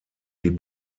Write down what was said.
die